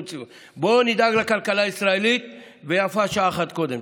בואו נדאג לכלכלה הישראלית, ויפה שעה אחת קודם.